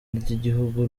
ry’igihugu